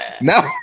No